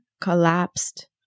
collapsed